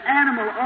animal